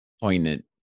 poignant